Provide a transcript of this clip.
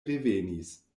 revenis